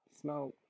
Smell